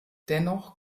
dennoch